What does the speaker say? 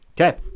okay